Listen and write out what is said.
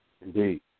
Indeed